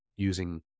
using